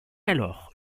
alors